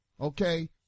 Okay